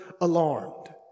alarmed